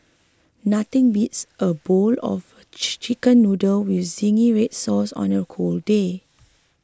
nothing beats a bowl of Chicken Noodles with Zingy Red Sauce on a cold day